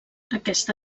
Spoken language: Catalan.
aquesta